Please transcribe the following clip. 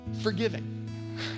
forgiving